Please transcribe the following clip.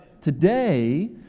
Today